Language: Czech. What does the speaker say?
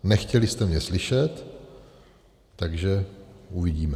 Nechtěli jste mě slyšet, takže uvidíme.